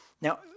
Now